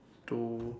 to